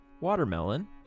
watermelon